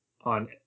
on